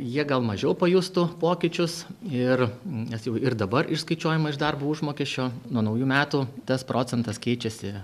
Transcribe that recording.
jie gal mažiau pajustų pokyčius ir nes jau ir dabar išskaičiuojama iš darbo užmokesčio nuo naujų metų tas procentas keičiasi